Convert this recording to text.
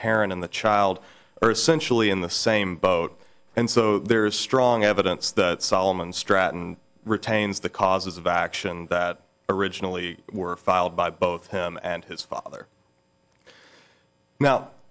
parent in the child are essential in the same boat and so there is strong evidence that solomon stratton retains the causes of action that originally were filed by both him and his father now